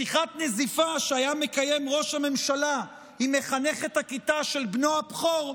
לשיחת נזיפה שהיה מקיים ראש הממשלה עם מחנכת הכיתה של בנו הבכור,